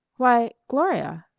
why, gloria!